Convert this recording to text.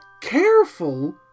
careful